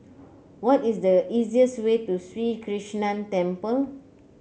what is the easiest way to Sri Krishnan Temple